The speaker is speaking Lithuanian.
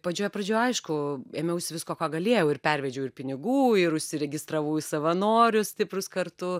pačioje pradžioje aišku ėmiausi visko ko galėjau ir pervedžiau ir pinigų ir užsiregistravau į savanorius stiprūs kartu